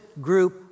group